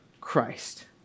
Christ